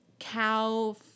Cow